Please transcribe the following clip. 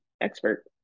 expert